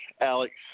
Alex